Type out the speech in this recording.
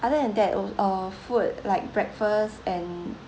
other than that al~ uh food like breakfast and